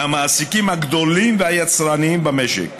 מהמעסיקים הגדולים והיצרניים במשק.